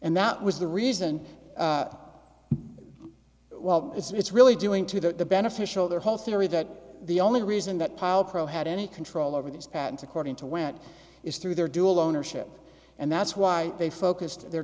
and that was the reason well it's really doing to the beneficial their whole theory that the only reason that power pro had any control over these patents according to win is through their dual ownership and that's why they focused their